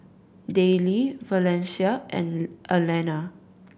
Dayle Valencia and Alena